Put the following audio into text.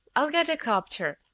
i'll get a copter,